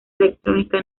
electrónica